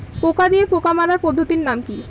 পোকা দিয়ে পোকা মারার পদ্ধতির নাম কি?